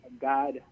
God